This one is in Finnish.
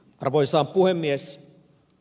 arvoisa puhemies